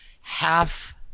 half